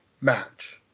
match